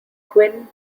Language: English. quinn